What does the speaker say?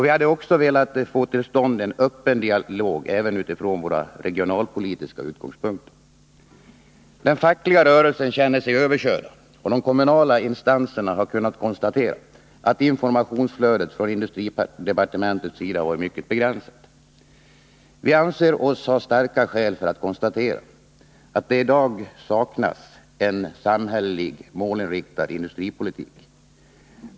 Vi hade också velat få till stånd en öppen dialog även utifrån våra regionalpolitiska utgångspunkter. Den fackliga rörelsen känner sig överkörd, och de kommunala instanserna har kunnat konstatera att informationsflödet från industridepartementet varit mycket begränsat. Vi anser oss ha starka skäl att konstatera att det i dag saknas en samhällelig målinriktad industripolitik.